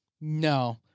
no